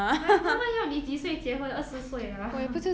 !aiya! 他们要你几岁结婚二十岁 ah